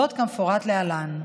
כמפורט להלן: